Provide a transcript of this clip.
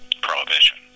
Prohibition